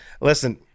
Listen